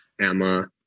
Emma